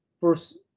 first